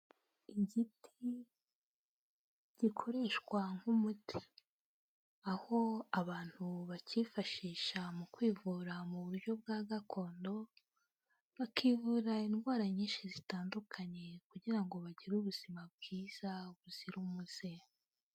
Igiti gikoreshwa nk'umuti aho abantu bakifashisha mu kwivura mu buryo bwa gakondo, bakivura indwara nyinshi zitandukanye kugira ngo bagire ubuzima bwiza buzira umuze.